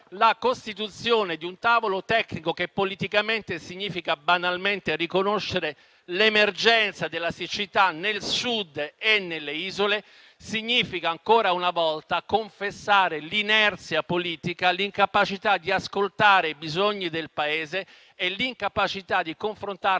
la costituzione di un tavolo tecnico che politicamente significa banalmente riconoscere l'emergenza della siccità nel Sud e nelle isole significa ancora una volta confessare l'inerzia politica, l'incapacità di ascoltare i bisogni del Paese e di confrontarsi